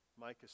Micah